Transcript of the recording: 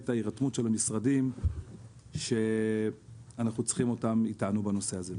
ההירתמות של המשרדים שאנחנו צריכים אותם איתנו בנושא הזה.